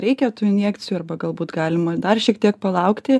reikia tų injekcijų arba galbūt galima dar šiek tiek palaukti